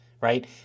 Right